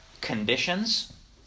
conditions